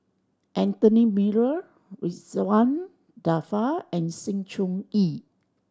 Anthony Miller Ridzwan Dzafir and Sng Choon Yee